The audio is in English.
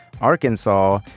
Arkansas